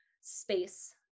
space